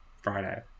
Friday